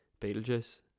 Beetlejuice